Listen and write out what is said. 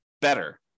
better